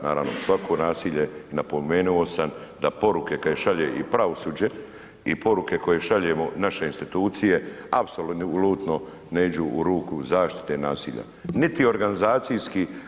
Naravno svako nasilje napomenuo sam da poruke kada ih šalje i pravosuđe i poruke koje šaljemo naše institucije apsolutno ne idu u ruku zaštite nasilja niti organizacijski.